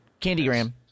Candygram